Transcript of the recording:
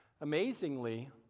Amazingly